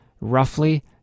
roughly